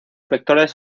vectores